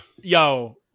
Yo